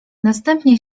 następnie